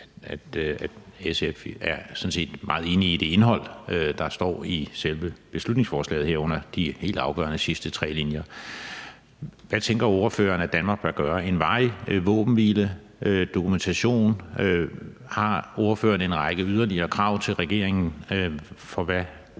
set er meget enig i indholdet af det, der står i selve beslutningsforslaget, herunder de helt afgørende sidste tre linjer. Hvad tænker ordføreren Danmark bør gøre? En varig våbenhvile, dokumentation, har ordføreren en række yderligere krav til regeringen til, hvad